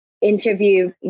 interview